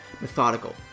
methodical